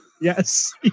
Yes